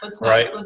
right